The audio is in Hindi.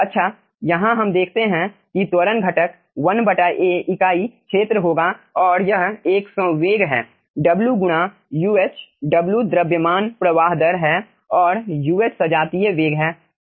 अच्छा यहाँ हम देखते हैं कि त्वरण घटक 1A इकाई क्षेत्र होगा और यह एक संवेग है W गुणा Uh W द्रव्यमान प्रवाह दर है और Uh सजातीय वेग है